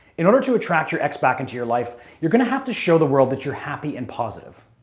in order to attract your ex back into your life, you're going to have to show the world that you're happy and positive.